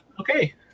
Okay